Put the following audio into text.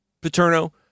Paterno